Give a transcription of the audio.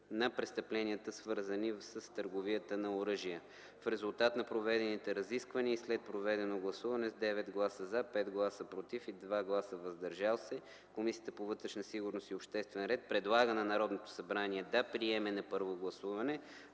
на престъпленията, свързани с търговия на оръжия. В резултат на проведените разисквания и след проведено гласуване, с 9 гласа „за”, 5 гласа „против” и 2 гласа „въздържали се”, Комисията по вътрешна сигурност и обществен ред предлага на Народното събрание да приеме на първо гласуване